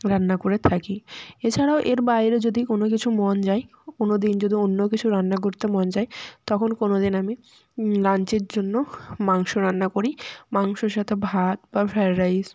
রান্না করে থাকি এছাড়াও এর বাইরে যদি কোনো কিছু মন যায় কোনো দিন যদি অন্য কিছু রান্না করতে মন চায় তখন কোনো দিন আমি লাঞ্চের জন্য মাংস রান্না করি মাংসর সাথে ভাত বা ফ্রায়েড রাইস